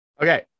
Okay